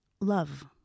love